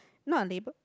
not a label